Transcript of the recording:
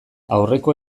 aurreko